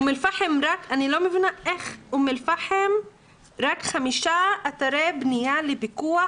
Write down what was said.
אני לא מבינה איך באום אל פאחם יש רק 5 אתרי בנייה לפיקוח?